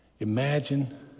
Imagine